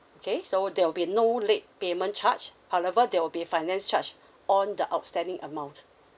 okay so there'll be no late payment charge however there will be finance charge on the outstanding amount